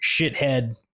shithead